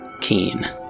keen